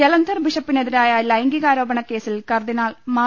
ജലന്ധർ ്ബിഷപ്പിനെതിരായ ലൈംഗികാരോപണ കേസിൽ കർദിനാൾ മാർ